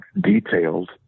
detailed